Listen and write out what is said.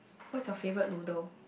what's you favourite noodle